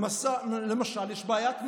למשל יש בעיית מעונות,